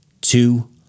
two